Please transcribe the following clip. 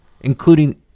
including